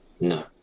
No